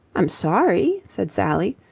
i'm sorry, said sally,